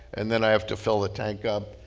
and then i have to fill the tank up.